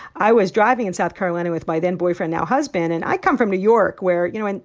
i was driving in south carolina with my then-boyfriend, now-husband. and i come from new york, where, you know, and